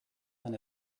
than